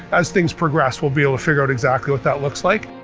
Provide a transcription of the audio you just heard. as things progress, we'll be able to figure out exactly what that looks like.